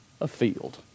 afield